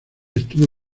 estuvo